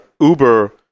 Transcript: Uber